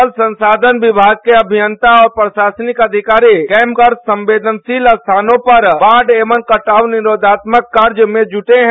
जल संसाधन विभाग के अभियंता और प्रशासनिक अधिकारी कैम्प कर संवेदनशील स्थानों पर बाढ़ एवं कटाव निरोधात्मक कार्य मे जुटे हैं